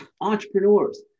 Entrepreneurs